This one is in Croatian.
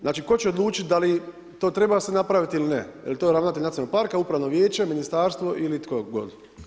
Znači tko će odlučiti da li se to treba napraviti ili ne jel to je ravnatelj nacionalnog parka, upravno vijeće, ministarstvo ili tko god.